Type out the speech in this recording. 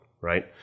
right